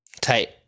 Tight